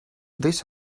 this